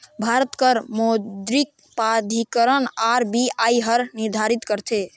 भारत कर मौद्रिक प्राधिकरन आर.बी.आई हर निरधारित करथे